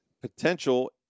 potential